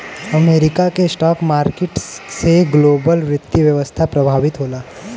America के stock market से ग्लोबल वित्तीय व्यवस्था प्रभावित होला